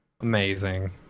Amazing